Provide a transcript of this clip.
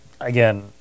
Again